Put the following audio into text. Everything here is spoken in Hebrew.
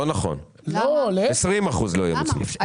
לא נכון, 20% לא יהיו מוצמדים.